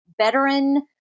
veteran